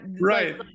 right